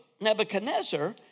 Nebuchadnezzar